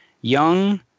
Young